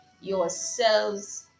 yourselves